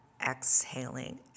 Exhaling